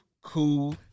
Cool